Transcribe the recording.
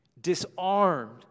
Disarmed